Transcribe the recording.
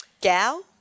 gal